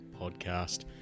podcast